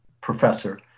professor